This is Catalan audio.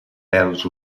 pèls